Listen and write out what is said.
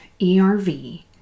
ERV